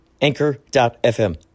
Anchor.fm